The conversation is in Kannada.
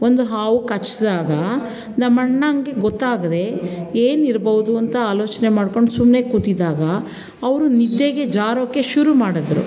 ಒಂದು ಹಾವು ಕಚ್ಚಿದಾಗ ನಮ್ಮಣ್ಣನಿಗೆ ಗೊತ್ತಾಗದೆ ಏನಿರ್ಬೋದು ಅಂತ ಆಲೋಚನೆ ಮಾಡ್ಕೊಂಡು ಸುಮ್ಮನೆ ಕೂತಿದ್ದಾಗ ಅವರು ನಿದ್ದೆಗೆ ಜಾರೋಕ್ಕೆ ಶುರು ಮಾಡಿದರು